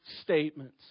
statements